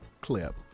clip